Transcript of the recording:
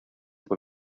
con